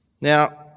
Now